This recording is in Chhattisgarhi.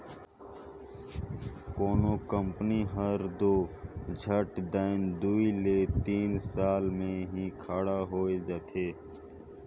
कोनो कंपनी हर दो झट दाएन दुई ले तीन साल में ही खड़ा होए जाथे